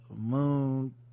moon